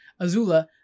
Azula